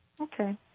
Okay